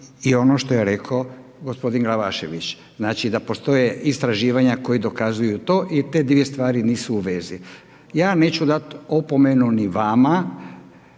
i ono što je rekao gospodin Glavašević. Znači da postoje istraživanja koja dokazuju to i te dvije stvari nisu u vezi. Ja neću dati opomenu ni vama,